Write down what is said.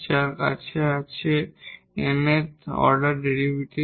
যার কাছে আছে nth অর্ডার ডেরিভেটিভ